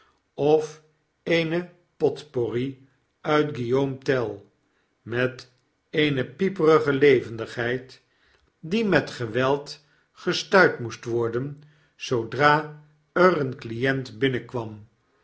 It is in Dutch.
of eene potpourri uit guillaume tell met eene pieperige levendigheid die met geweld gestuit moest worden zoodra er een client binnenkwam